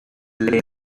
lay